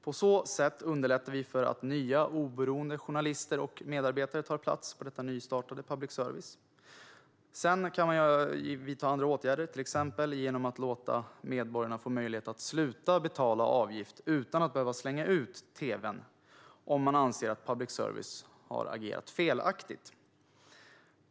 På så sätt underlättar vi för nya oberoende journalister och medarbetare att ta plats i detta nystartade public service. Sedan kan man vidta andra åtgärder. Till exempel kan man låta medborgarna få möjlighet att sluta betala avgift utan att behöva slänga ut tv:n om de anser att public service har agerat felaktigt.